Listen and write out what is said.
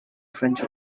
french